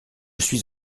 suis